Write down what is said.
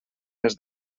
les